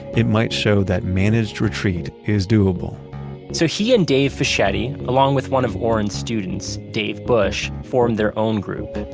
it might show that managed retreat is doable so he and dave fischetti along with one of orrin students, dave bush, formed their own group.